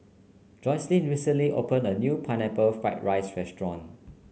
Jocelyne recently opened a new Pineapple Fried Rice restaurant